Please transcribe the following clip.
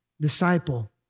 disciple